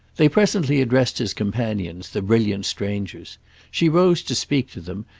they presently addressed his companion, the brilliant strangers she rose to speak to them,